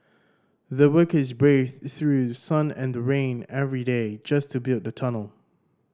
the workers braved through sun and rain every day just to build the tunnel